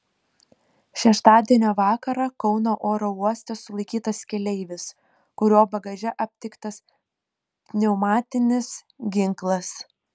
šeštadienio vakarą kauno oro uoste sulaikytas keleivis kurio bagaže aptiktas pneumatinis ginklas